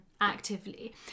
actively